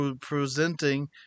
presenting